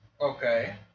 Okay